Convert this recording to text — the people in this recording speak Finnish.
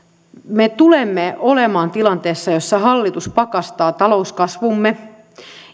me tulemme olemaan tilanteessa jossa hallitus pakastaa talouskasvumme